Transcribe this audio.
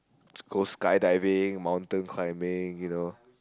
go skydiving mountain climbing you know